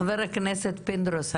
חבר הכנסת פינדרוס,